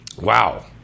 Wow